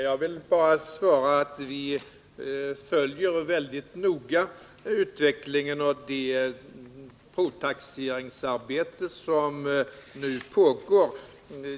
Herr talman! Jag vill svara att vi väldigt noga följer utvecklingen och det provtaxeringsarbete som nu pågår.